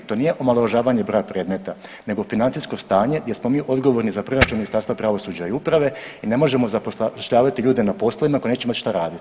To nije omalovažavanje broja predmeta nego financijsko stanje gdje smo mi odgovorni za proračun Ministarstva pravosuđa i uprave i ne možemo zapošljavati ljude na poslovima koji neće imati šta raditi.